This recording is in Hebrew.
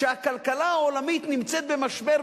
כשהכלכלה העולמית נמצאת במשבר,